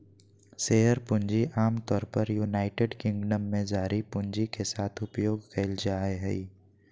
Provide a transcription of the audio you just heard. share पूंजी आमतौर पर यूनाइटेड किंगडम में जारी पूंजी के साथ उपयोग कइल जाय हइ